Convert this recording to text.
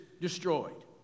destroyed